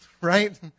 Right